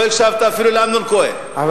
לא הקשבת אפילו לאמנון כהן,